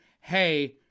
hey